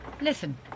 Listen